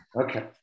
Okay